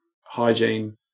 hygiene